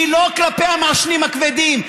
היא לא כלפי המעשנים הכבדים.